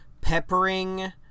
peppering